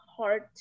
hard